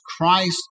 Christ